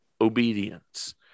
obedience